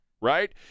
right